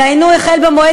דהיינו החל מהמועד